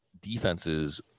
defenses